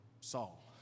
Saul